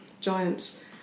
giants